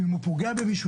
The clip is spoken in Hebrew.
ואם הוא פוגע במישהו,